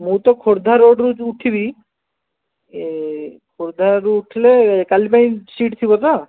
ମୁଁ ତ ଖୋର୍ଦ୍ଧା ରୋଡ଼ରୁ ଯେଉଁ ଉଠିବି ଏଇ ଖୋର୍ଦ୍ଧାରୁ ଉଠିଲେ କାଲି ପାଇଁ ସିଟ୍ ଥିବ ତ